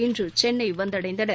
இன்றுசென்னைவந்தடைந்தனர்